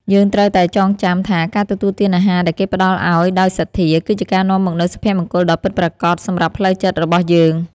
យើងត្រូវតែចងចាំថាការទទួលទានអាហារដែលគេផ្តល់ឱ្យដោយសទ្ធា គឺជាការនាំមកនូវសុភមង្គលដ៏ពិតប្រាកដសម្រាប់ផ្លូវចិត្តរបស់យើង។